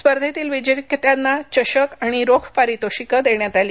स्पर्धेतील विजेत्यांना चषक आणि रोख पारितोषिकं देण्यात आली